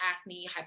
acne